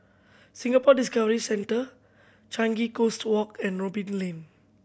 Singapore Discovery Centre Changi Coast Walk and Robin Lane